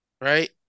Right